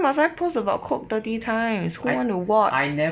why must I post about coke thirty times who want to watch